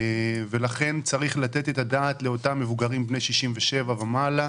ולכן צריך לתת את הדעת לאותם מבוגרים בני 67 ומעלה,